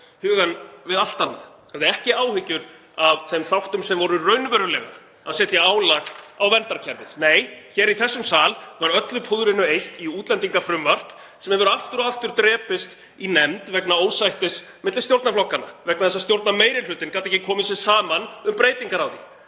hugann við allt annað. Hann hafði ekki áhyggjur af þeim þáttum sem voru raunverulega að setja álag á verndarkerfið. Nei, hér í þessum sal var öllu púðrinu eitt í útlendingafrumvarp sem hefur aftur og aftur drepist í nefnd vegna ósættis milli stjórnarflokkanna, vegna þess að stjórnarmeirihlutinn gat ekki komið sér saman um breytingar á því.